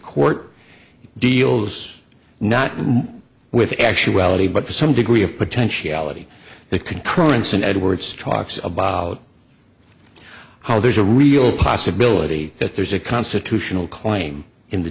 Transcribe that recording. court deals not with actuality but to some degree of potentiality the concurrence and edwards talks about how there's a real possibility that there's a constitutional claim in the